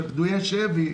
של פדויי שבי,